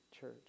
church